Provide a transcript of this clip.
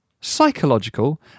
psychological